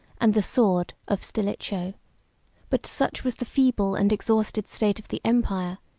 and the sword, of stilicho but such was the feeble and exhausted state of the empire,